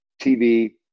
TV